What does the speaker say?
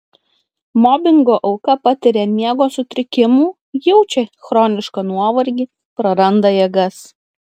mobingo auka patiria miego sutrikimų jaučia chronišką nuovargį praranda jėgas